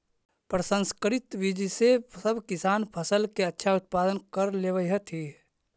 प्रसंकरित बीज से सब किसान फसल के अच्छा उत्पादन कर लेवऽ हथिन